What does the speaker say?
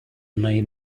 may